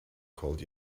called